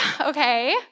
okay